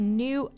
new